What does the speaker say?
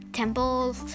temples